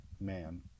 man